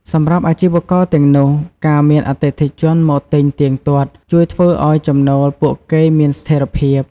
សម្រាប់អាជីវករទាំងនោះ ការមានអតិថិជនមកទិញទៀងទាត់ ជួយធ្វើឱ្យចំណូលពួកគេមានស្ថេរភាព។